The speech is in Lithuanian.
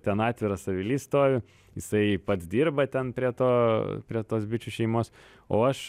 ten atviras avilys stovi jisai pats dirba ten prie to prie tos bičių šeimos o aš